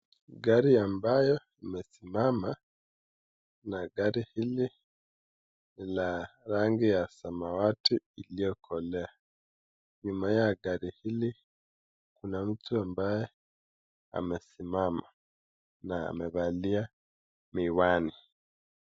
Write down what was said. Gari ambayo imesimama na gari hili ni la rangi ya samawati iliyokolea, nyuma ya gari hili kuna mtu ambaye amesimama ,na amevalia miwani.